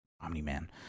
Omni-man